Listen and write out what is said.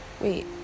wait